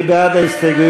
מי בעד ההסתייגויות?